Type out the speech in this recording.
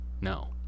no